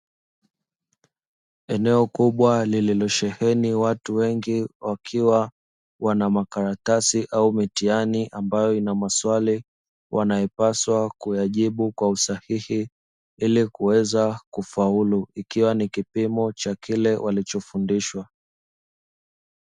Eneo kubwa lililosheheni watu wengi wakiwa wana makaratasi au mitihani ambayo ina maswali wanayopaswa kuyajibu kwa usahihi ili kuweza kufaulu ikiwa ni kipimo cha kile walichofundishwa.